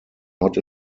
not